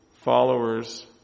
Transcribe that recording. followers